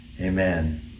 Amen